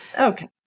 Okay